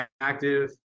active